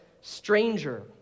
stranger